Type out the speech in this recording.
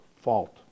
fault